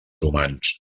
humans